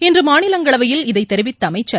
இன்றமாநிலங்களவையில் இதைதெரிவித்தஅமைச்சர்